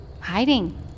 hiding